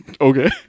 Okay